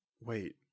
Wait